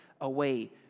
away